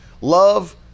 Love